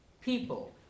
people